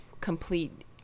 complete